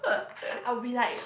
I'll be like